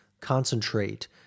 concentrate